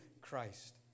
Christ